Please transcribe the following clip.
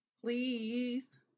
Please